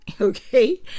okay